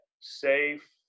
safe